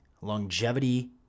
longevity